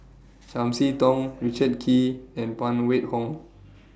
Chiam See Tong Richard Kee and Phan Wait Hong